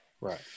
Right